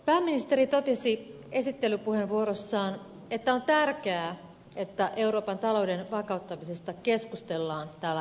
pääministeri totesi esittelypuheenvuorossaan että on tärkeää että euroopan talouden vakauttamisesta keskustellaan täällä eduskunnassa